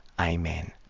Amen